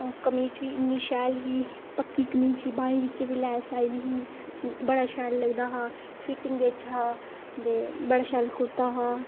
कमीच बी इन्नी शैल ही पक्की कमीच ही बाहीं च बी लैस लाई दी ही बड़ा शैल लगदा हा फिटिंग बिच हा ते बड़ा शैल कुरता हा